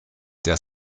der